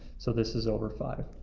so this is over five.